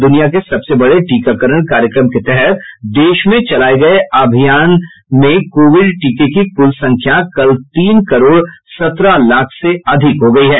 द्रनिया के सबसे बड़े टीकाकरण कार्यक्रम के तहत देश में चलाए गए अभियान में कोविड टीके की कुल संख्या कल तीन करोड सत्रह लाख से अधिक हो गई है